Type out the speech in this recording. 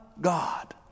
God